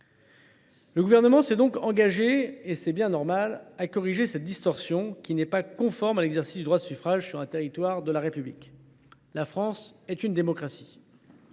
Le Gouvernement s’est donc engagé à corriger cette distorsion, qui n’est pas conforme à l’exercice du droit de suffrage sur un territoire de la République. La France est une démocratie.